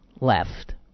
left